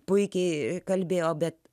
puikiai kalbėjo bet